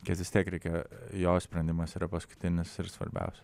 kad vis tiek reikia jo sprendimas yra paskutinis ir svarbiausias